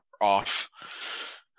off